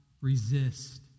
resist